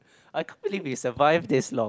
I can't believe we survive this long